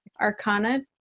Arcana